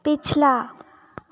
पिछला